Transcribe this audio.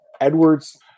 Edwards